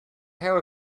have